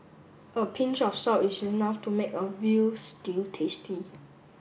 a pinch of salt is enough to make a veal stew tasty